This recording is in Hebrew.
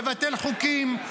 לבטל חוקים,